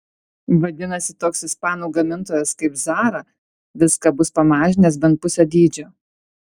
vadinasi toks ispanų gamintojas kaip zara viską bus pamažinęs bent pusę dydžio